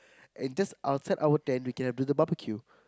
and just outside our tent we can have the barbecue